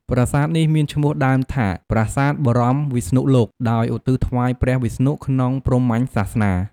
ប្រាសាទនេះមានឈ្មោះដើមថា "ប្រាសាទបរមវិស្ណុលោក" ដោយឧទ្ទិសថ្វាយព្រះវិស្ណុ ក្នុងព្រហ្មញ្ញសាសនា។